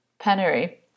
penury